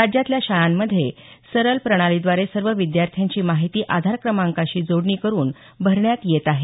राज्यातल्या शाळांमध्ये सरल प्रणालीद्वारे सर्व विद्यार्थ्यांची माहिती आधार क्रमांकाशी जोडणी करुन भरण्यात येत आहे